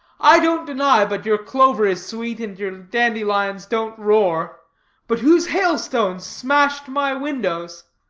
i don't deny but your clover is sweet, and your dandelions don't roar but whose hailstones smashed my windows?